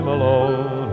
alone